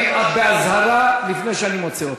את באזהרה לפני שאני מוציא אותך.